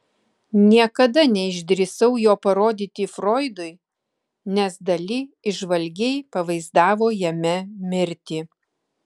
niekada neišdrįsau jo parodyti froidui nes dali įžvalgiai pavaizdavo jame mirtį